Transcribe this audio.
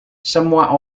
semua